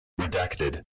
Redacted